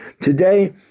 today